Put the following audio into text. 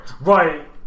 Right